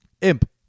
Imp